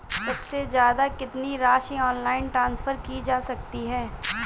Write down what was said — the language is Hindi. सबसे ज़्यादा कितनी राशि ऑनलाइन ट्रांसफर की जा सकती है?